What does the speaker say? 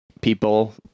people